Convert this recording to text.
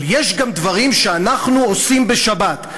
אבל יש גם דברים שאנחנו עושים בשבת.